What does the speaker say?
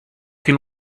can